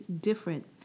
different